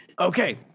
Okay